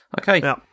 Okay